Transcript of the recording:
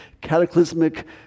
cataclysmic